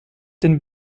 den